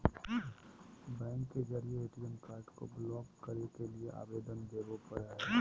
bank के जरिए ATM card को ब्लॉक करे के लिए आवेदन देबे पड़ो हइ